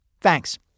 Thanks